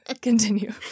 Continue